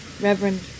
reverend